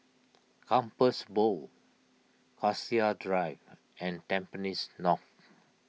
Compassvale Bow Cassia Drive and Tampines North